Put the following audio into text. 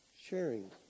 sharing